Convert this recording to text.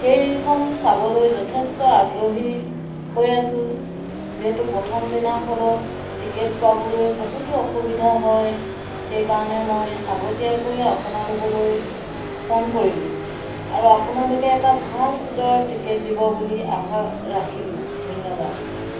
সেইখন চাবলৈ যথেষ্ট আগ্ৰহী হৈ আছো যিহেতু প্ৰথম দিনা হলত টিকেট পাবলৈ বহুতো অসুবিধা হয় সেইকাৰণে মই আগতীয়াকৈ আপোনালোকলৈ ফোন কৰিলোঁ আৰু আপোনালোকে এটা ভাল চিটৰ টিকেট দিব বুলি আশা ৰাখিলোঁ ধন্যবাদ